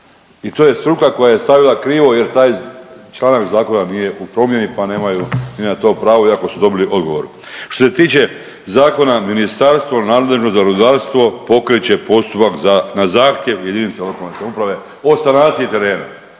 I to je struka koje je stavila krivo jer članak zakona nije u promjeni pa nemaju ni na to pravo iako su dobili odgovor. Što se tiče zakona, ministarstvo nadležno za rudarstvo pokreće postupak na zahtjev jedinica lokalne samouprave o sanaciji terena